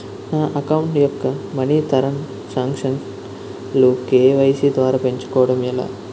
నా అకౌంట్ యెక్క money transaction లు కే.వై.సీ ద్వారా పెంచుకోవడం ఎలా?